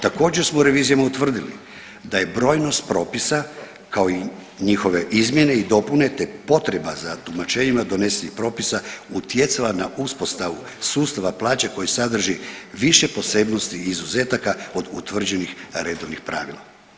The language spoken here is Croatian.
Također smo u revizijama utvrdili da je brojnost propisa kao i njihove izmjene i dopune te potreba za tumačenjima donesenih propisa utjecala na uspostavu sustava plaća koji sadrži više posebnosti i izuzetaka od utvrđenih redovnih pravila.